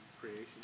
creation